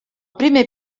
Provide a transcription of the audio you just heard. primer